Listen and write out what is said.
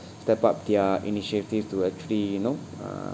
step up their initiative to actually you know uh